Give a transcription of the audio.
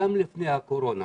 גם לפני הקורונה